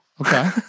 Okay